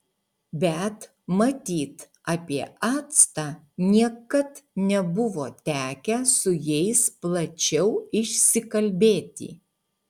bet matyt apie actą niekad nebuvo tekę su jais plačiau išsikalbėti